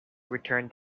returned